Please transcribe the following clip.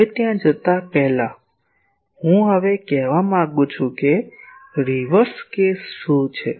હવે ત્યાં જતા પહેલાં હું હવે કહેવા માંગુ છું કે રિવર્સ કેસ શું છે